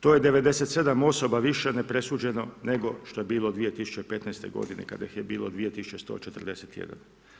To je 97 osoba više nepresuđeno nego što je bilo 2015. godine kada ih je bilo 2141.